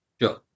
Sure